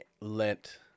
Lent